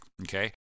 okay